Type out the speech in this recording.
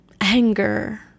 anger